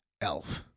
Elf